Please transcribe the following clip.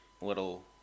little